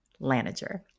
lanager